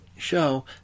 show